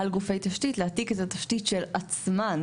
על גופי התשתית להעתיק את הקווים של עצמן.